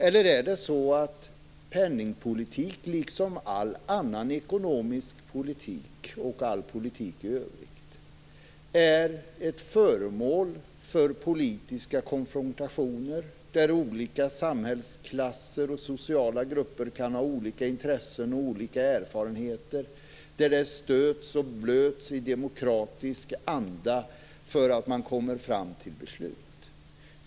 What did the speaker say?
Eller är penningpolitik liksom all annan ekonomisk politik och all politik i övrigt ett föremål för politiska konfrontationer, där olika samhällsklasser och sociala grupper kan ha olika intressen och olika erfarenheter och där frågorna stöts och blöts i demokratisk anda för att man skall komma fram till beslut?